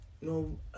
No